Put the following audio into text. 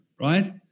right